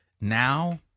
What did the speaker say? now